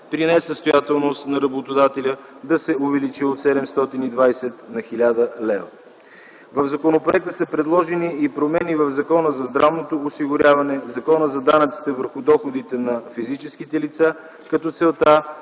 при несъстоятелност на работодателя да се увеличи от 720 на 1000 лв. В законопроекта са предложени и промени в Закона за здравното осигуряване, Закона за данъци върху доходите на физическите лица, като целта